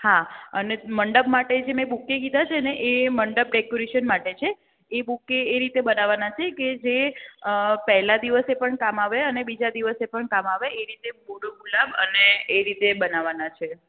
હા અને મંડપ માટે જે મે બુકે કીધા છેને એ મંડપ ડેકોરેશન માટે છે એ બુકે એ રીતે બનાવાના છે કે જે પેલા દિવસે પણ કામ આવસે અને બીજા દિવસે પણ કામ આવે એ રીતે બોડો ગુલાબ અને એ રીતે બનાવાના છે